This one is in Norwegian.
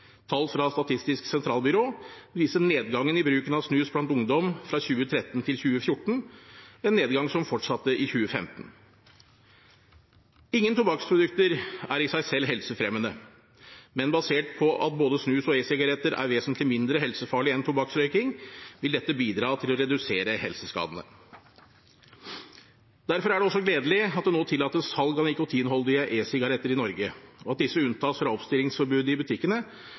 Tall fra Statistisk sentralbyrå viser nedgang i bruken av snus blant ungdom fra 2013 til 2014, en nedgang som fortsatte i 2015. Ingen tobakksprodukter er i seg selv helsefremmende, men basert på at både snus og e-sigaretter er vesentlig mindre helsefarlige enn tobakksrøyking, vil dette bidra til å redusere helseskadene. Derfor er det også gledelig at det nå tillates salg av nikotinholdige e-sigaretter i Norge, og at disse unntas fra oppstillingsforbudet i butikkene,